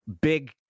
big